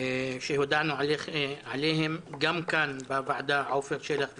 שהודענו עליהם, גם כאן בוועדה, עפר שלח ואני.